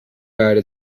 guide